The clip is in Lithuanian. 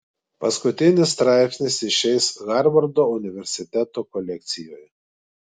paskutinis straipsnis išeis harvardo universiteto kolekcijoje